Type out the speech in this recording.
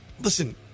Listen